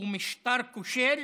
הוא משטר כושל